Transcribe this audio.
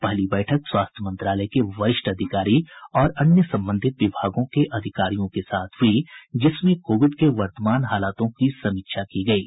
पहली बैठक स्वास्थ्य मंत्रालय के वरिष्ठ अधिकारी और अन्य संबंधित विभागों के अधिकारियों के साथ हुई जिसमें कोविड के वर्तमान हालातों की समीक्षा की गयी